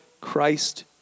Christ